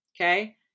okay